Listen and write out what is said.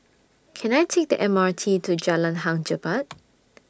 Can I Take The M R T to Jalan Hang Jebat